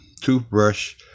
toothbrush